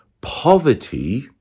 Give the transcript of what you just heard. Poverty